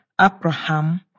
Abraham